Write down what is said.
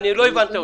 לא הבנת אותי,